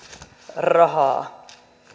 rahaa